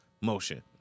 motion